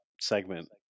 segment